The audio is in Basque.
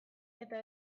eta